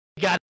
Got